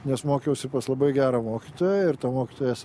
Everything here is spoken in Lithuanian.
nes mokiausi pas labai gerą mokytoją ir mokytojas